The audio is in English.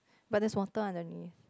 but there's water underneath